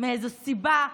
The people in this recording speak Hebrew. מאיזה סיבה תימהונית?